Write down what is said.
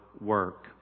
work